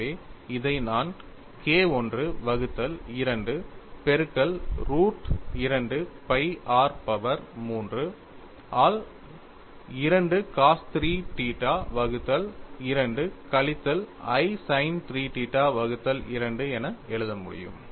ஆகவே இதை நான் K I வகுத்தல் 2 பெருக்கல் ரூட் 2 phi r பவர் 3 ஆல் 2 cos 3θ வகுத்தல் 2 கழித்தல் i sin 3θ வகுத்தல் 2 என எழுத முடியும்